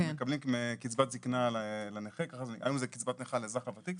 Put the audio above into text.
הם מקבלים קצבת נכה לאזרח הוותיק,